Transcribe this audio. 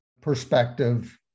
perspective